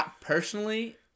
Personally